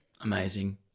Amazing